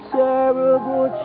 terrible